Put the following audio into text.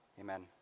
Amen